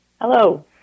Hello